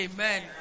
Amen